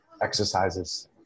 exercises